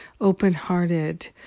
open-hearted